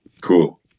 Cool